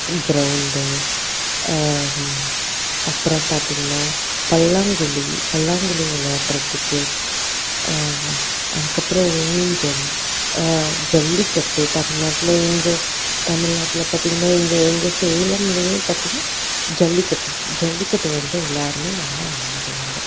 ground அப்புறம் பார்த்திங்கன்னா பல்லாங்குழி பல்லாங்குழி விளையாடுறத்துக்கு அதுக்கப்புறம் ஊஞ்சல் ஜல்லிக்கட்டு தமில்நாட்டில இங்கே தமில்நாட்டில பார்த்திங்கன்னா இங்கே எங்கள் சேலம்லேயும் பார்த்திங்க ஜல்லிக்கட்டு ஜல்லிக்கட்டு வந்துட்டு எல்லோருமே நல்லா விளையாடுவாங்க